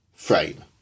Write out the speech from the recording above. Frame